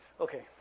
Okay